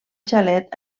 xalet